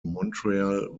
montreal